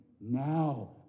now